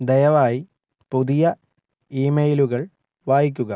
ദയവായി പുതിയ ഇമെയിലുകൾ വായിക്കുക